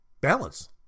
Balance